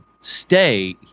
stay